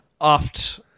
oft